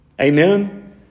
Amen